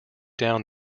down